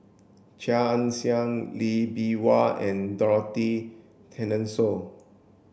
Chia Ann Siang Lee Bee Wah and Dorothy Tessensohn